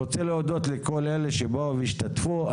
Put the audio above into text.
רוצה להודות לכל אלה שבאו והשתתפו.